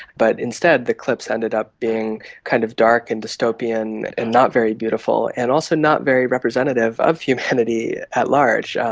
but instead the clips ended up being kind of dark and dystopian and not very beautiful and also not very representative of humanity at large,